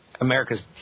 America's